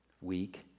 week